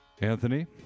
Anthony